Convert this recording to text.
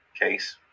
case